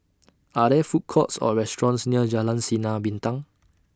Are There Food Courts Or restaurants near Jalan Sinar Bintang